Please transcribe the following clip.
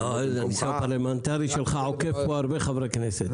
הניסיון הפרלמנטרי שלך עוקף פה הרבה חברי כנסת.